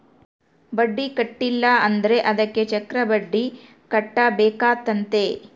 ಬಡ್ಡಿ ಕಟ್ಟಿಲ ಅಂದ್ರೆ ಅದಕ್ಕೆ ಚಕ್ರಬಡ್ಡಿ ಕಟ್ಟಬೇಕಾತತೆ